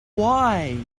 why